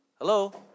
Hello